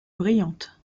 brillante